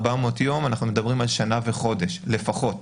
שנה וחודש לפחות.